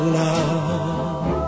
love